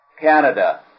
Canada